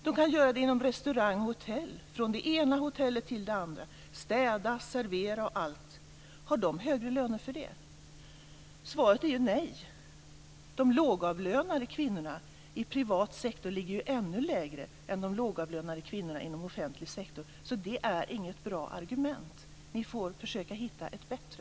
De kan göra det inom hotell och restaurangbranschen. De kan gå från det ena hotellet till det andra, städa och servera osv. Har de högre löner för det? Svaret är nej. De lågavlönade kvinnorna i privat sektor ligger ännu lägre än de lågavlönade kvinnorna i offentlig sektor. Det är inget bra argument. Ni får försöka hitta ett bättre.